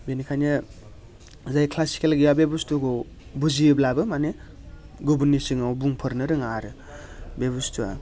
बिनिखायनो जै क्लासिकेल गैया बे बुस्थुखौ बुजियोब्लाबो माने गुबुननि सिगाङाव बुंफेरनो रोङा आरो बे बुस्थुआ